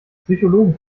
psychologen